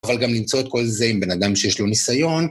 אבל גם למצוא את כל זה עם בן אדם שיש לו ניסיון.